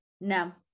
No